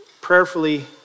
prayerfully